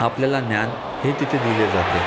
आपल्याला ज्ञान हे तिथे दिले जाते